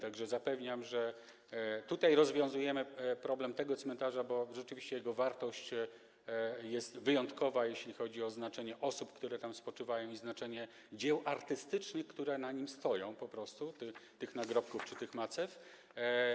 Tak że zapewniam, że rozwiązujemy tutaj problem tego cmentarza, bo rzeczywiście jego wartość jest wyjątkowa, jeśli chodzi o znaczenie osób, które tam spoczywają, i znaczenie dzieł artystycznych, które na nim po prostu stoją, tych nagrobków czy macew.